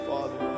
Father